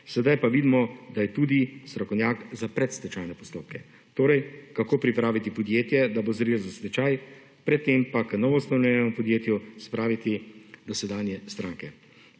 sedaj pa vidimo, da je tudi strokovnjak za pred stečajne postopke torej kako pripraviti podjetje, da bo zrinil v stečaj pred tem pa k novoustanovljenemu podjetju praviti dosedanje stranke.